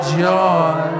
joy